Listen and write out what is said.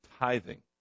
tithing